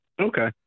Okay